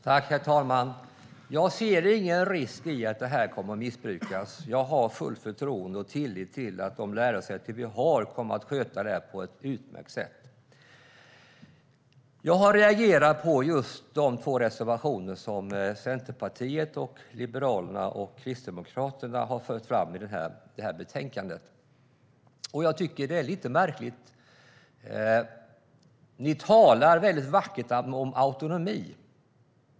Herr talman! Jag ser ingen risk för att det här kommer att missbrukas. Jag har fullt förtroende för våra lärosäten och har tillit till att de kommer att sköta detta på ett utmärkt sätt. Jag har reagerat på de två reservationer som Centerpartiet, Liberalerna och Kristdemokraterna lämnat i det här betänkandet. Jag tycker att det är lite märkligt. Ni talar vackra ord om autonomi.